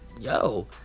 yo